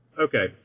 Okay